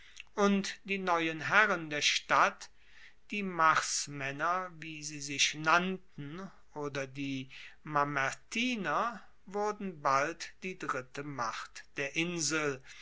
und die neuen herren der stadt die marsmaenner wie sie sich nannten oder die mamertiner wurden bald die dritte macht der insel